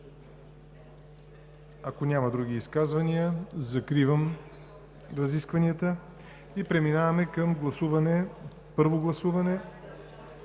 Ако няма други изказвания, закривам разискванията. Преминаваме към първо гласуване